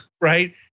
right